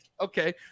Okay